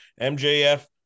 MJF